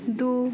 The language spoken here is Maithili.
दू